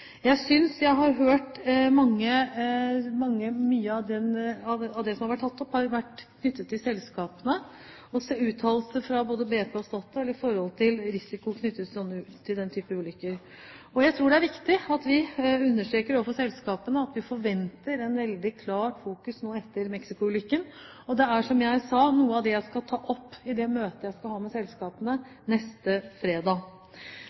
Jeg synes jeg har hørt at mye av det som har vært tatt opp, har vært knyttet til selskapene, også uttalelser fra både BP og Statoil når det gjelder risiko knyttet til den type ulykker. Jeg tror det er viktig at vi understreker overfor selskapene at vi nå forventer et veldig klart fokus etter ulykken i Mexicogolfen. Som jeg sa, er det noe av det jeg skal ta opp i møtet jeg skal ha med selskapene neste fredag.